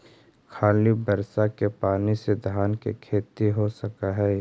खाली बर्षा के पानी से धान के खेती हो सक हइ?